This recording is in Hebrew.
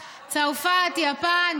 יפן,